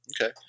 Okay